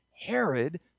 Herod